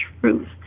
truth